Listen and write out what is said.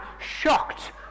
shocked